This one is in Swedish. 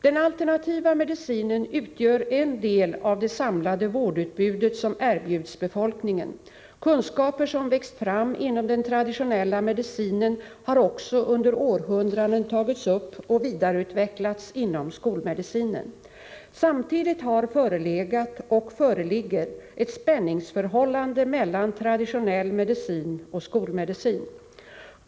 Den alternativa medicinen utgör en del av det samlade vårdutbud som erbjuds befolkningen. Kunskaper som växt fram inom den traditionella medicinen har också under århundraden tagits upp och vidareutvecklats inom skolmedicinen. Samtidigt har förelegat — och föreligger — ett spänningsförhållande mellan traditionell medicin och skolmedicin.